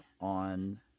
on